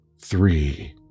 three